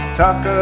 talk